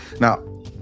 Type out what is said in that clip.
Now